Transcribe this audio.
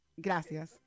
Gracias